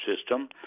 system